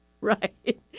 Right